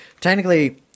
technically